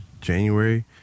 January